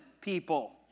people